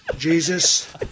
Jesus